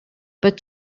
but